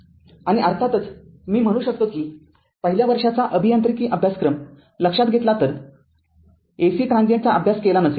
आणि अर्थातचमी म्हणू शकतो की पहिल्या वर्षाचा अभियांत्रिकी अभ्यासक्रम लक्षात घेतला तर ए सी ट्रांजीएंटचा अभ्यास केला नसेल